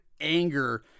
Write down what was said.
anger